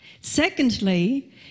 Secondly